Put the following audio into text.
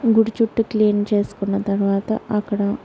గుడి చుట్టూ క్లీన్ చేసుకున్న తర్వాత అక్కడా